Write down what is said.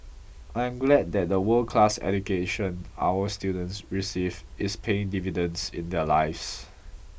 I am glad that the world class education our students receive is paying dividends in their lives